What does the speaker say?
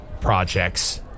projects